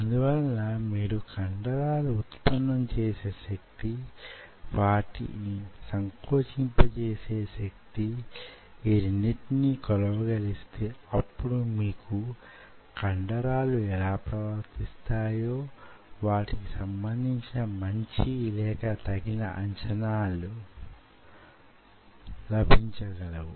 అందువలన మీరు కండరాలు వుత్పన్నం చేసే శక్తి వాటిని సంకోచింప చేసే శక్తి ఈ రెండిటిని కొలవగలిస్తే అప్పుడు మీకు కండరాలు యెలా ప్రవర్తిస్తాయో వాటికి సంబంధించిన మంచి లేక తగిన అంచనాలు లభించగలవు